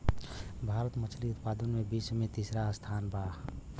भारत मछली उतपादन में विश्व में तिसरा स्थान पर बा